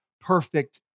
perfect